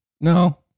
No